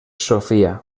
sofia